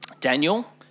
Daniel